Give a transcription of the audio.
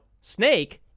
Snake